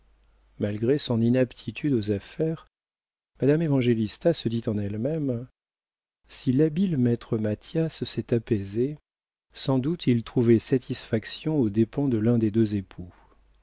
malgré son inaptitude aux affaires madame évangélista se dit en elle-même si l'habile maître mathias s'est apaisé sans doute il trouvait satisfaction aux dépens de l'un des deux époux